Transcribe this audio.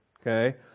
Okay